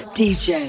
dj